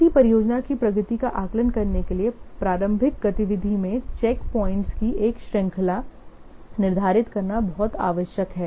किसी परियोजना की प्रगति का आकलन करने के लिए प्रारंभिक गतिविधि योजना में चैकपॉइंट्स की एक श्रृंखला निर्धारित करना बहुत आवश्यक है